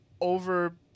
over